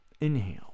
Inhale